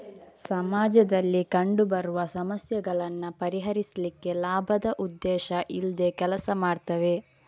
ಸಮಾಜದಲ್ಲಿ ಕಂಡು ಬರುವ ಸಮಸ್ಯೆಗಳನ್ನ ಪರಿಹರಿಸ್ಲಿಕ್ಕೆ ಲಾಭದ ಉದ್ದೇಶ ಇಲ್ದೆ ಕೆಲಸ ಮಾಡ್ತವೆ